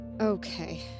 Okay